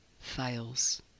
fails